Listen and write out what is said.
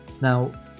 now